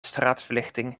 straatverlichting